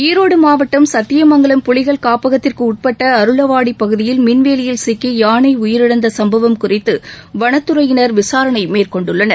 ஈரோடு மாவட்டம் சத்தியமங்கலம் புலிகள் காப்பகத்திற்கு உட்பட்ட அருளவாடி பகுதியில் மின்வேலியில் சிக்கி யானை உயிரிழந்த சம்பவம் குறித்து வனத்துறையினர் விசாரணை மேற்கொண்டுள்ளனர்